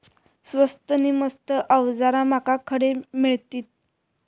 स्वस्त नी मस्त अवजारा माका खडे मिळतीत?